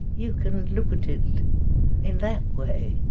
you can look at it in that way.